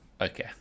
Okay